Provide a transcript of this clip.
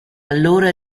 allora